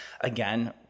again